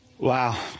Wow